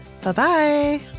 Bye-bye